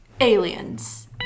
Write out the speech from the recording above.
aliens